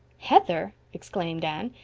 heather! exclaimed anne.